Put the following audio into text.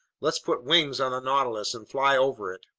let's put wings on the nautilus and fly over it!